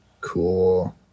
Cool